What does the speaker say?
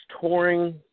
touring